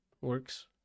works